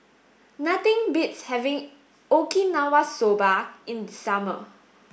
nothing beats having Okinawa soba in the summer